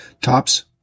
Tops